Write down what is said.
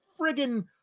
friggin